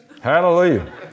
Hallelujah